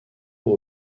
pour